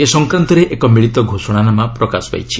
ଏ ସଂକ୍ରାନ୍ତରେ ଏକ ମିଳିତ ଘୋଷଣାନାମା ପ୍ରକାଶ ପାଇଛି